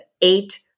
Eight